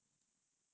okay